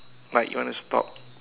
like you want to stop